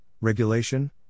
regulation